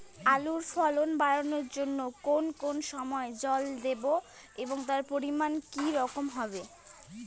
আলুর ফলন বাড়ানোর জন্য কোন কোন সময় জল দেব এবং তার পরিমান কি রকম হবে?